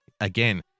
again